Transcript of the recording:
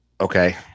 Okay